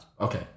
Okay